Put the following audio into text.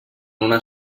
una